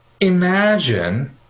imagine